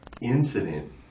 incident